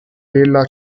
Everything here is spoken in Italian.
della